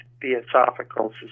theosophical